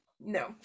No